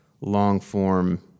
long-form